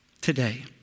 today